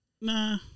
Nah